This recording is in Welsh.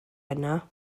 yna